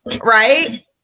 right